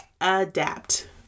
Adapt